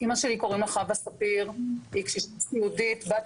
קוראים לה חווה ספיר, היא